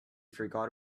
forgot